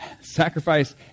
sacrifice